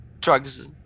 drugs